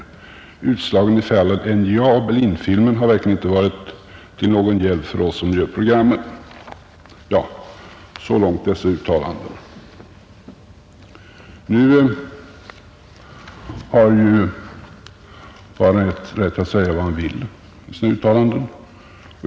Utslagen i fallen NJA och Berlinfilmen har verkligen inte varit till någon hjälp för oss som gör programmen.” Så långt citerar jag dessa uttalanden. Nu har ju var och en rätt att säga vad han vill i sina uttalanden.